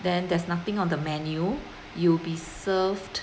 then there's nothing on the menu you'll be served